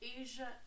Asia